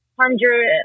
Hundred